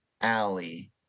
alley